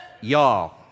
Y'all